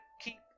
keep